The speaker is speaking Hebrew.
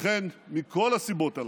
לכן, מכל הסיבות הללו,